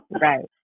right